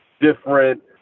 different